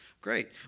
Great